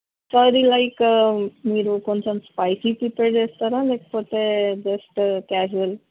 so అది like మీరు కొంచెం స్పైసీ ప్రిపేర్ చేస్తారా లేకపోతే జస్ట్ క్యాజువల్